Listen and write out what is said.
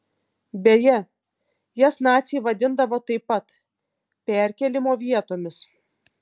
beje jas naciai vadindavo taip pat perkėlimo vietomis